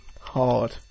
Hard